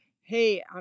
hey